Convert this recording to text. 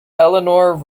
eleanor